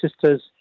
Sisters